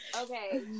Okay